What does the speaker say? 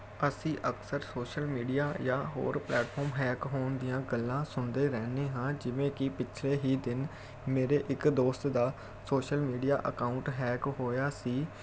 ਅਸੀਂ ਅਕਸਰ social media ਜਾਂ ਹੋਰ ਪਲੈਟਫੋਮ ਹੈਕ ਹੋਣ ਦੀਆਂ ਗੱਲਾਂ ਸੁਣਦੇ ਰਹਿਦੇ ਹਾਂ ਜਿਵੇਂ ਕਿ ਪਿਛਲੇ ਹੀ ਦਿਨ ਮੇਰੇ ਇੱਕ ਦੋਸਤ ਦਾ ਸੋਸ਼ਲ ਮੀਡੀਆ ਅਕਾਊਂਟ ਹੈਕ ਹੋਇਆ ਸੀ